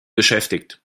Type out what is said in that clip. beschäftigt